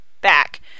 back